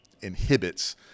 inhibits